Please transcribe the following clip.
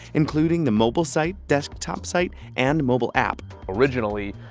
including the mobile site, desktop site and mobile app. originally,